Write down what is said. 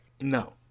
No